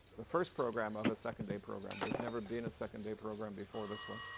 the first program of a second day program. there's never been a second day program before this one.